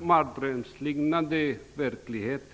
mardrömsliknande verklighet.